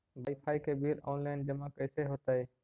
Wifi के bill online जमा कैसे होतै?